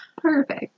Perfect